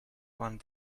one